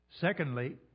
Secondly